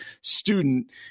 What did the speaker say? student